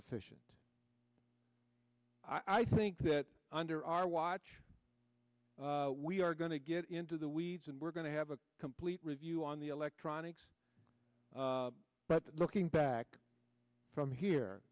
sufficient i think that under our watch we are going to get into the weeds and we're going to have a complete review on the electronics but looking back from here